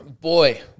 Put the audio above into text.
boy